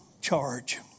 charge